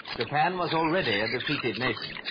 japan was already a defeated nation.